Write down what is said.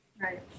Right